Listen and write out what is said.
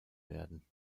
werden